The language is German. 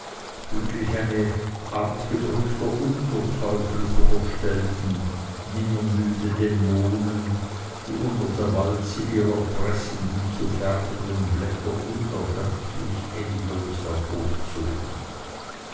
füglich eine art gedrückter unterteufel vorstellten nimmermüde dämonen die unter der walze ihrer pressen die zu färbenden blätter unerschöpflich endlos hervorzogen